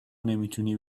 نمیتونی